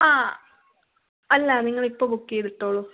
ആ അല്ല നിങ്ങളിപ്പോൾ ബുക്ക് ചെയ്തിട്ടോളൂ